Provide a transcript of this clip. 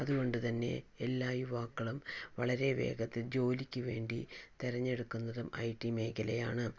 അതുകൊണ്ട് തന്നെ എല്ലാ യുവാക്കളും വളരെ വേഗത്തില് ജോലിക്ക് വേണ്ടി തെരഞ്ഞെടുക്കുന്നതും ഐടി മേഖലയാണ്